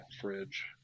fridge